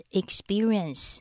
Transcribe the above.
experience